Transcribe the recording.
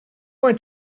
went